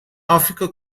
afrika